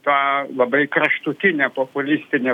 tą labai kraštutinę populistinę